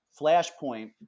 flashpoint